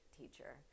teacher